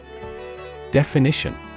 Definition